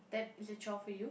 that is a chore for you